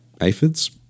aphids